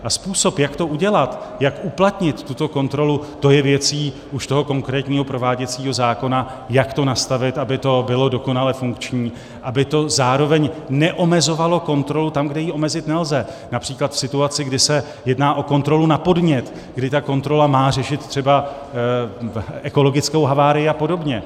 A způsob, jak to udělat, jak uplatnit tuto kontrolu, to je věcí už toho konkrétního prováděcího zákona, jak to nastavit, aby to bylo dokonale funkční, aby to zároveň neomezovalo kontrolu tam, kde ji omezit nelze například v situaci, kdy se jedná o kontrolu na podnět, kdy ta kontrola má řešit třeba ekologickou havárii a podobně.